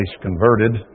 converted